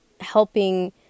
helping